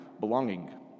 belonging